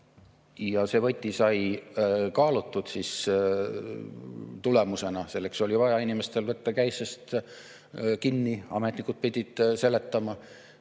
See võti sai kaalutud tulemusena, selleks oli vaja inimestel võtta käisest kinni, ametnikud pidid seletama.